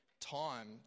time